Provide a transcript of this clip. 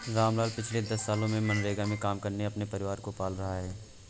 रामलाल पिछले दस सालों से मनरेगा में काम करके अपने परिवार को पाल रहा है